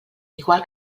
igual